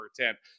attempt